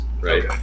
Right